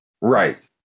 right